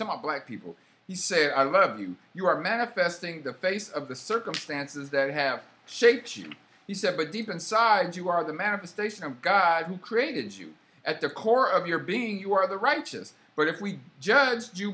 saw black people say i love you you are manifesting the face of the circumstances that have shaped you he said but deep inside you are the manifestation of god who created to at the core of your being you are the righteous but if we judge you